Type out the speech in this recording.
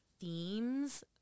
themes